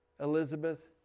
Elizabeth